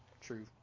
True